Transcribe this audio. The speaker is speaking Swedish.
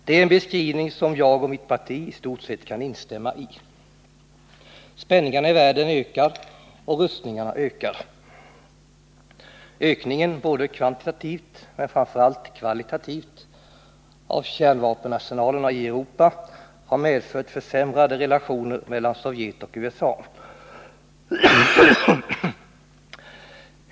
Det är en beskrivning som jag och mitt parti i stort sett kan instämma i. Spänningarna i världen ökar, och rustningarna ökar. Ökningen — kvantitativt och framför allt kvalitativt — av kärnvapenarsenalerna i Europa har medfört försämrade relationer mellan Sovjet och USA.